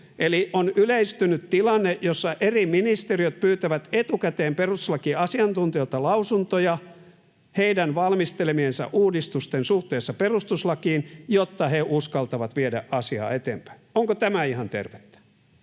Eli on yleistynyt tilanne, jossa eri ministeriöt pyytävät etukäteen perustuslakiasiantuntijoilta lausuntoja heidän valmistelemiensa uudistusten suhteesta perustuslakiin, jotta he uskaltavat viedä asiaa eteenpäin. Onko tämä ihan tervettä?